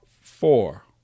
four